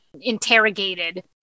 interrogated